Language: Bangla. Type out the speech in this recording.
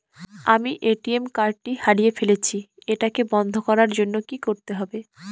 আমি এ.টি.এম কার্ড টি হারিয়ে ফেলেছি এটাকে বন্ধ করার জন্য কি করতে হবে?